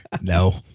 No